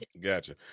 Gotcha